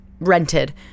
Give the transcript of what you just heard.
rented